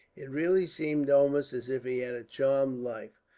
it really seems almost as if he had a charmed life.